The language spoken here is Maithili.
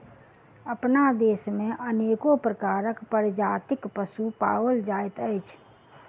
अपना देश मे अनेको प्रकारक प्रजातिक पशु पाओल जाइत अछि